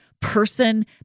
person